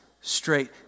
straight